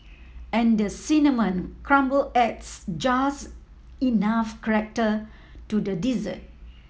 and the cinnamon crumble adds just enough character to the dessert